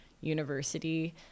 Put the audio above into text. university